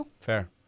Fair